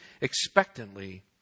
expectantly